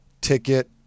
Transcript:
ticket